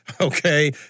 okay